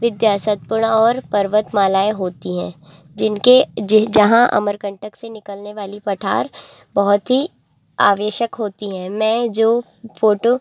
विद्या सतपुड़ा और पर्वत मालाएं होती हैं जिनके यह जहाँ अमरकंटक से निकलने वाली पठार बहुत ही आवेशक होती हैं मैं जो फोटो